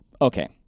okay